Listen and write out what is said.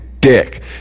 Dick